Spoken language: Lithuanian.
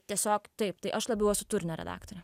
tiesiog taip tai aš labiau esu turinio redaktorė